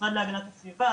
המשרד להגנת הסביבה,